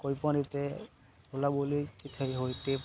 કોઈ પણ રીતે બોલા બોલી કે થઈ હોય તે